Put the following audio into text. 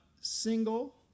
single